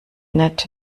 nett